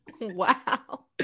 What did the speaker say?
wow